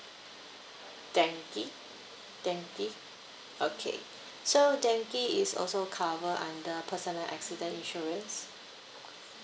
dengue dengue okay so dengue is also cover under personal accident insurance